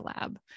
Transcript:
lab